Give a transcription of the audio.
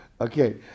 Okay